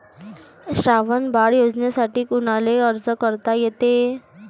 श्रावण बाळ योजनेसाठी कुनाले अर्ज करता येते?